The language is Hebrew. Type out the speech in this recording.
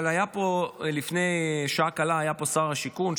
אבל לפני שעה קלה היה פה שר השיכון,